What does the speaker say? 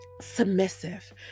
submissive